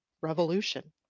revolution